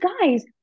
guys